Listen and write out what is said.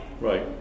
Right